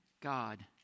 God